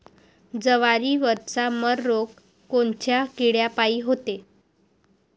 जवारीवरचा मर रोग कोनच्या किड्यापायी होते?